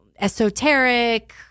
esoteric